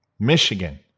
Michigan